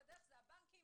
ועברתי את כל הבנקים,